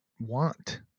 want